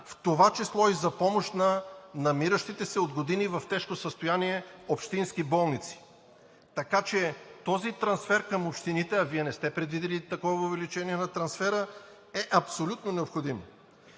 в това число и за помощ на намиращите се от години в тежко състояние общински болници. Така че този трансфер към общините, а Вие не сте предвидили такова увеличение на трансфера, е абсолютно необходим.